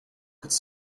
could